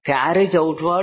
carriage out ward